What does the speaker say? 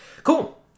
Cool